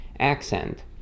accent